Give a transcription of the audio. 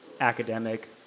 academic